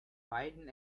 beidem